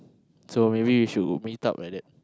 so maybe we should meet up like that